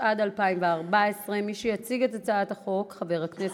12 חברי כנסת בעד הצעת החוק, אפס מתנגדים.